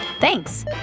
Thanks